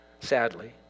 sadly